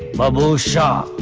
babhusha!